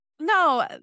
no